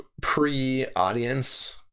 pre-audience